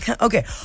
Okay